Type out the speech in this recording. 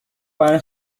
barn